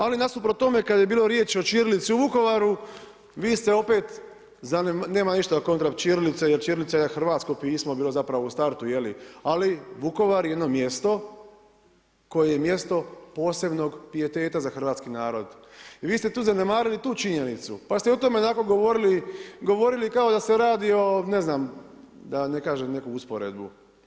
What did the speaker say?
Ali nasuprot tome kad je bilo riječi o ćirilici u Vukovaru, vi ste opet, nemam ništa kontra ćirilice jer ćirilica je hrvatsko pismo bilo zapravo u startu je li, ali Vukovar je jedno mjesto koje je mjesto posebnog pijeteta za hrvatski narod i vi ste tu zanemarili tu činjenicu pa ste i o tome onako govorili kao da se radi ne znam, da ne kažem neku usporedbu.